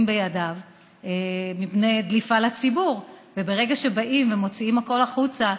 בידיו מפני דליפה לציבור וברגע שבאים ומוציאים החוצה,